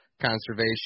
conservation